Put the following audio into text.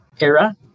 era